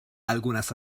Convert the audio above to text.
algunas